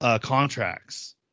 contracts